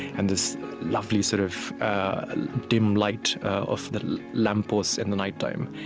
and this lovely sort of and dim light of the lampposts in the nighttime,